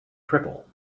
triple